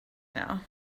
know